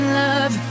love